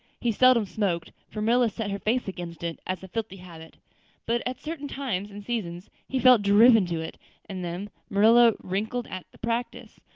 he seldom smoked, for marilla set her face against it as a filthy habit but at certain times and seasons he felt driven to it and them marilla winked at the practice,